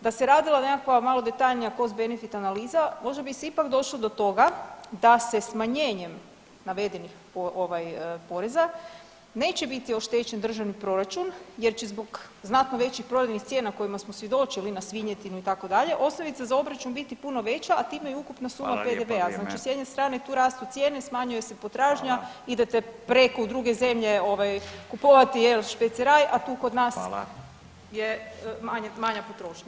Da se radila nekakva malo detaljnija cost-benefit analiza možda bi se ipak došlo do toga da se smanjenjem navedenih ovaj poreza neće biti oštećen državni proračun jer će zbog znatno većih … [[Govornik se ne razumije]] cijena kojima smo svjedočili na svinjetini itd. osnovica za obračun biti puno veća, a time i ukupna suma PDV-a, znači s jedne strane tu rastu cijene i smanjuje se potražnja, idete preko u druge zemlje ovaj kupovati jel špeceraj, a tu kod nas je manja potrošnja.